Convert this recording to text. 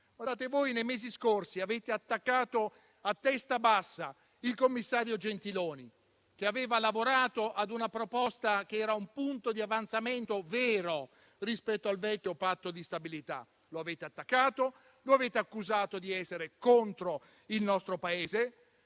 finale. Voi, nei mesi scorsi, avete attaccato a testa bassa il commissario Gentiloni, che aveva lavorato ad una proposta che era un punto di avanzamento vero rispetto al vecchio Patto di stabilità. Lo avete attaccato e accusato di essere contro il nostro Paese,